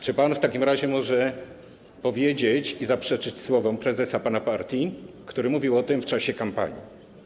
Czy pan może w takim razie powiedzieć i zaprzeczyć słowom prezesa pana partii, który mówił o tym w czasie kampanii?